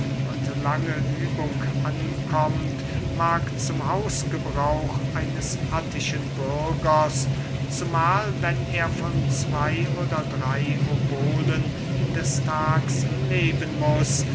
lange übung ankommt mag zum hausgebrauch eines attischen bürgers zumahl wenn er von zwey oder drey obolen des tags leben muß